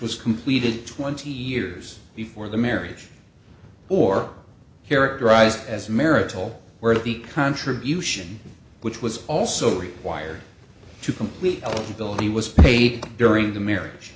was completed twenty years before the marriage or characterized as marital where the contribution which was also required to complete eligibility was paid during the marriage